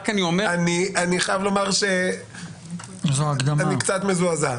אני אומר --- אני חייב לומר שאני קצת מזועזע.